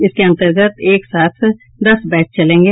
इसके अंतर्गत एक साथ दस बैच चलेंगे